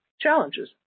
challenges